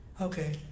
Okay